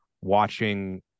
watching